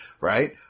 right